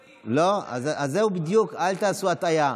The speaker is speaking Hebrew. לא, אז זהו בדיוק, אל תעשו הטעיה.